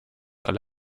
alle